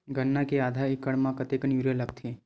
गन्ना के आधा एकड़ म कतेकन यूरिया लगथे?